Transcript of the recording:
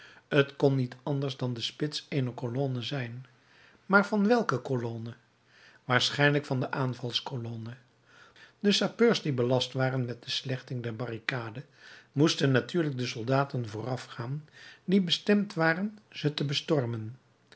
t kon niet anders dan de spits eener colonne zijn maar van welke colonne waarschijnlijk van de aanvalscolonne de sappeurs die belast waren met de slechting der barricade moesten natuurlijk de soldaten voorafgaan die bestemd waren ze te bestormen